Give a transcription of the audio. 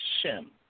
Shem